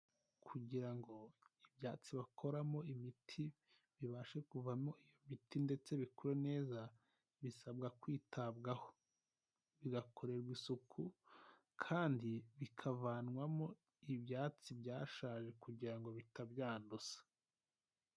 Kugira ngo ibyatsi bakoramo imiti bibashe kuvamo iyo miti ndetse bikura neza, bisabwa kwitabwaho, bigakorerwa isuku kandi bikavanwamo ibyatsi byashaje kugira ngo bitanduza.